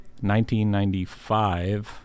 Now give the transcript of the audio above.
1995